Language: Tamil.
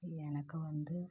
எனக்கு வந்து